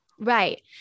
Right